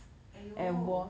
!aiyo!